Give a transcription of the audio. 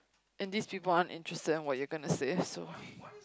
and these people aren't interested in what you're gonna say so